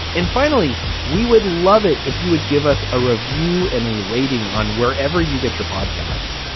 and finally we would love it if you would give us a review and a rating on wherever you get your podcasts.